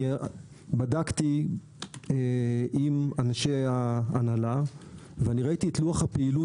בדקתי עם אנשי ההנהלה וראיתי את לוח הפעילות